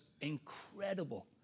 incredible